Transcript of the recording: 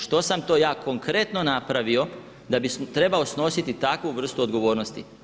Što sam to ja konkretno napravio da bih trebao snositi takvu vrstu odgovornosti?